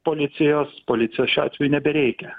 policijos policijos šiuo atveju nebereikia